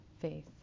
faith